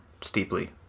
steeply